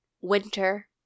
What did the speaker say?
winter